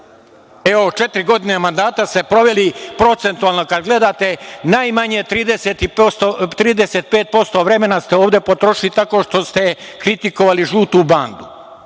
Evo, četiri godine mandata ste proveli, procentualno kada gledate, najmanje 35% vremena potrošili tako što ste kritikovali žutu bandu.